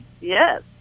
Yes